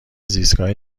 زیستگاه